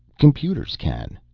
computers can!